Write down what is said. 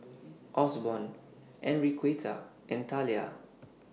Osborne Enriqueta and Talia